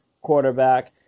quarterback